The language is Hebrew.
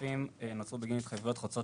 העודפים נוצרו בגין התחייבויות חוצות